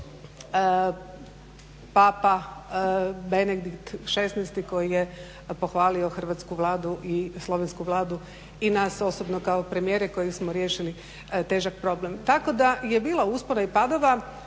Papa Benedikt XVI koji je pohvalio hrvatsku Vladu i slovensku Vladu i nas osobno kao premijere koji smo riješili težak problem. Tako da je bilo uspona i padova.